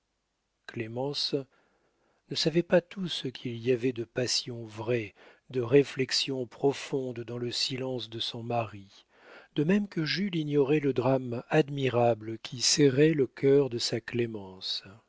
clémence ne savait pas tout ce qu'il y avait de passion vraie de réflexions profondes dans le silence de son mari de même que jules ignorait le drame admirable qui serrait le cœur de sa clémence